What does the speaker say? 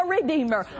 Redeemer